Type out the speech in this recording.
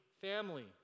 family